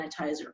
sanitizer